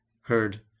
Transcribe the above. heard